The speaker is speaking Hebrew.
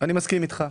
אני מסכים איתך.